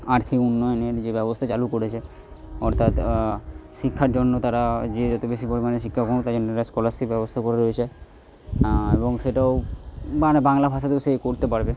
আর্থিক উন্নয়নের নিজের ব্যবস্থা চালু করেছে অর্থাৎ শিক্ষার জন্য তারা যে যত বেশি পরিমাণে শিক্ষা তার জন্য স্কলারশিপ ব্যবস্থা করা রয়েছে এবং সেটাও মানে বাংলা ভাষাতেও সে করতে পারবে